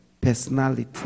personality